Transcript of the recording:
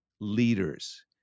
leaders